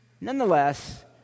nonetheless